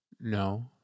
No